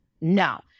No